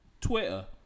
Twitter